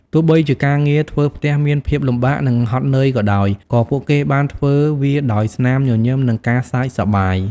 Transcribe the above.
ទោះបីជាការងារធ្វើផ្ទះមានភាពលំបាកនិងហត់នឿយក៏ដោយ ក៏ពួកគេបានធ្វើវាដោយស្នាមញញឹមនិងការសើចសប្បាយ។